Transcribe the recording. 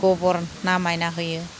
गोबोर नामायना होयो